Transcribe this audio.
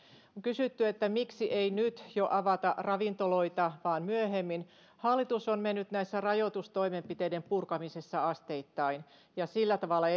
on kysytty että miksi ei nyt jo avata ravintoloita vaan myöhemmin hallitus on mennyt näissä rajoitustoimenpiteiden purkamisissa eteenpäin asteittain ja sillä tavalla